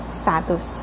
status